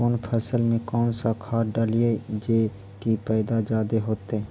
कौन फसल मे कौन सा खाध डलियय जे की पैदा जादे होतय?